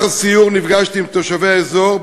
בסיור נפגשתי עם תושבי האזור,